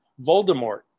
Voldemort